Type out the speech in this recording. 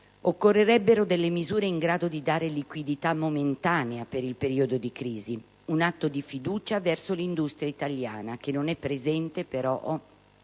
Occorrerebbero delle misure in grado di dare liquidità momentanea per il periodo di crisi: un atto di fiducia verso l'industria italiana che non è presente però in